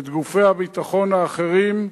את גופי הביטחון האחרים,